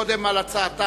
קודם על הצעתן